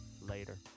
Later